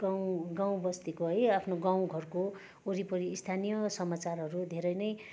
गाउँ गाउँबस्तीको है आफ्नो गाउँघरको वरिपरि स्थानीय समाचारहरू धेरै नै